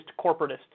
corporatist